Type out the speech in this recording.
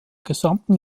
gesamten